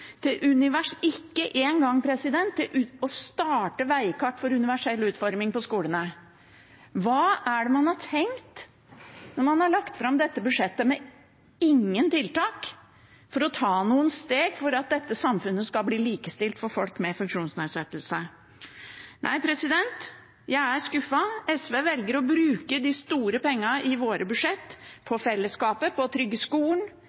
å starte veikart for universell utforming på skolene. Hva har man tenkt når man har lagt fram dette budsjettet? Det er ingen tiltak for å ta noen steg for at dette samfunnet skal bli likestilt for folk med funksjonsnedsettelse? Jeg er skuffet. SV velger å bruke de store pengene i våre budsjett på fellesskapet, på å trygge skolen,